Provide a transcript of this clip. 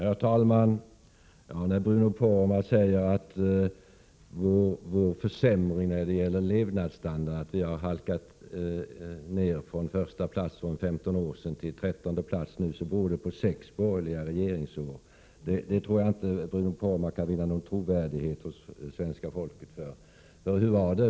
Herr talman! När Bruno Poromaa säger att försämringen av levnadsstandarden, att Sverige halkat ned från första plats för 15 år sedan till 13:e plats nu, beror på sex borgerliga regeringsår, tror jag inte han kan vinna någon trovärdighet hos svenska folket för det. För hur var det?